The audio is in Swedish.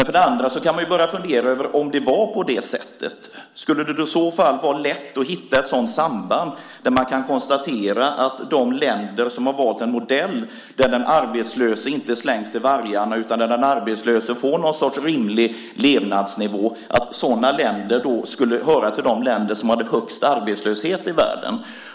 För det andra kan man, ifall det vore på det sättet, börja fundera om de länder som valt en modell där den arbetslöse inte slängs till vargarna utan i stället får någon sorts rimlig levnadsnivå då skulle höra till de länder som har högst arbetslöshet i världen.